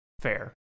Fair